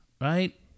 right